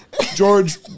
George